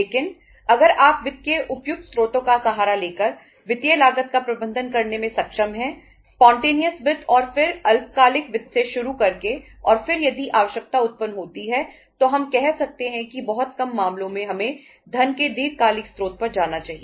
लेकिन अगर आप वित्त के उपयुक्त स्रोतों का सहारा लेकर वित्तीय लागत का प्रबंधन करने में सक्षम हैं स्पॉन्टेनियस वित्त और फिर अल्पकालिक वित्त से शुरू करके और फिर यदि आवश्यकता उत्पन्न होती है तो हम कह सकते हैं कि बहुत कम मामलों में हमें धन के दीर्घकालिक स्रोत पर जाना चाहिए